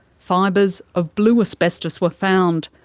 fibres of blue asbestos were found.